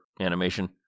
animation